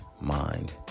mind